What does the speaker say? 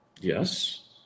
Yes